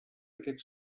aquest